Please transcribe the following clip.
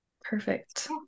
Perfect